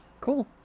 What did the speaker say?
Cool